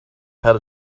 had